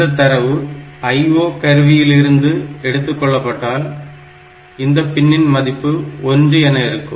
இந்த தரவு IO கருவியிலிருந்து எடுக்கப்பட்டால் இந்த பின்னின் மதிப்பு 1 Pin 1 என இருக்கும்